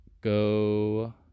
Go